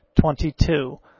twenty-two